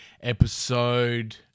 Episode